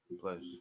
Plus